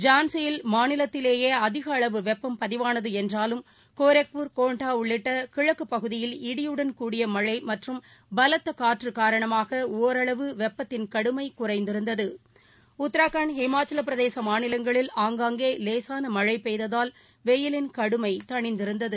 ஜான்சியில் மாநிலத்திலேயே அதிகளவு வெப்பம் பதிவானது என்றாலும் கோரக்பூர் கோண்டா உள்ளிட்ட கிழக்கு பகுதியில் இடியுடன் கூடிய மழை மற்றும் பலத்த காற்று காரணமாக ஒரளவு வெப்பத்தின் கடுமை குறைந்திருந்தது உத்தரகாண்ட் ஹிமாச்சல் பிரதேச மாநிலங்களில் ஆங்காங்கே லேசான மழழ பெய்ததால் வெயிலின் கடுமை தணிந்திருந்தது